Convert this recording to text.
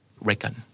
reckon